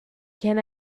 can